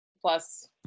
plus